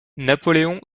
napoléon